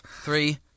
Three